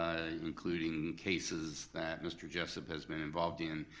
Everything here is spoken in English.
including cases that mr. jessup has been involved in,